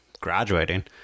graduating